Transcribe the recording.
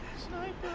snipe